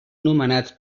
nomenats